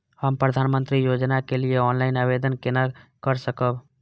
हम प्रधानमंत्री योजना के लिए ऑनलाइन आवेदन केना कर सकब?